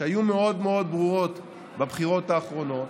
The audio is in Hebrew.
שהיו מאוד מאוד ברורות בבחירות האחרונות,